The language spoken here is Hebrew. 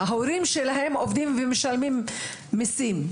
ההורים שלהם עובדים ומשלמים מיסים,